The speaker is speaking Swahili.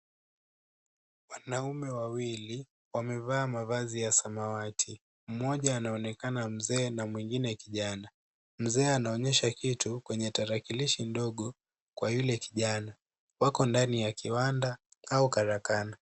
Wanaume wawili wamevaa mavazi ya samawati. Mmoja anaonekana mzee na mwingine kijana. Mzee anaonyesha kitu kwenye tarakilishi ndogo kwa yule kijana. Wako ndani ya kiwanda au karakana.